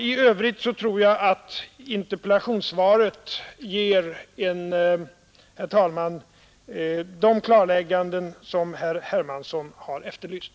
I övrigt tror jag att interpellationssvaret ger de klarlägganden som herr Hermansson har efterlyst.